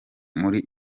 muri